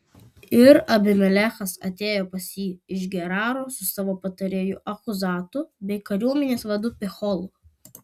ir abimelechas atėjo pas jį iš geraro su savo patarėju achuzatu bei kariuomenės vadu picholu